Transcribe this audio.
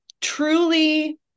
truly